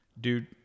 Dude